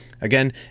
Again